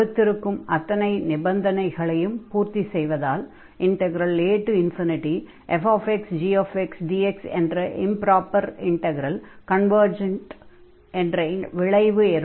கொடுத்திருக்கும் அத்தனை நிபந்தனைகளையும் பூர்த்தி செய்வதால் afxgxdx என்ற இம்ப்ராப்பர் இன்டக்ரல் கன்வர்ஜன்ட் என்ற விளைவு ஏற்படும்